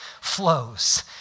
flows